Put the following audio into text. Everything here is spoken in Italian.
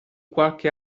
qualche